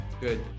good